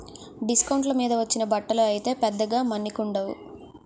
డిస్కౌంట్ల మీద వచ్చిన బట్టలు అయితే పెద్దగా మన్నికుండవు